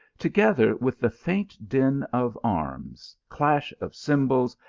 together with the faint din of arms, clash of cymbals,